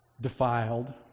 defiled